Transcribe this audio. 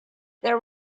there